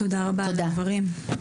תודה רבה על הדברים,